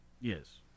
Yes